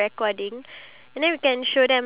what the product is all about